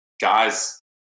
guys